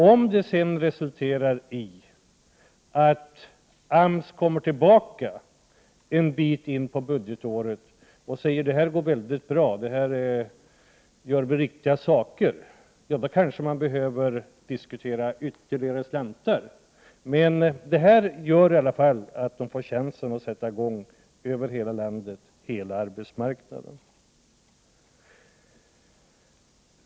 Om AMS sedan kommer tillbaka ett stycke in på budgetåret och säger att det här går mycket bra och att de åtgärder som vidtas är riktiga, behöver kanske ytterligare medel diskuteras, men med de nu aktuella pengarna får man åtminstone chansen att sätta i gång med en verksamhet som täcker hela landet och hela arbetsmarknaden.